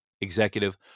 executive